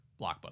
blockbuster